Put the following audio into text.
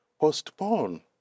Postpone